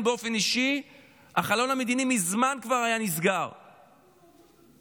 באופן אישי החלון המדיני היה נסגר כבר מזמן.